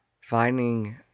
Finding